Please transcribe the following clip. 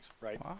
right